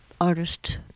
artist